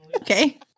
okay